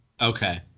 Okay